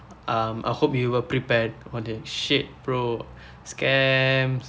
um I hope you were prepared for the shit bro scam